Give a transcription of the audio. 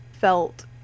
felt